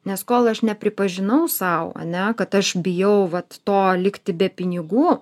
nes kol aš nepripažinau sau ane kad aš bijau vat to likti be pinigų